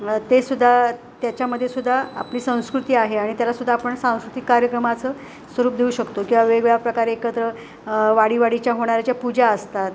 ते सुद्धा त्याच्यामदेसुद्धा आपली संस्कृती आहे आणि त्यालासुद्धा आपण सांस्कृतिक कार्यक्रमाचं स्वरूप देऊ शकतो किंवा वेगवेगळ्या प्रकारे एकत्र वाडी वाडीच्या होणारा ज्या पूजा असतात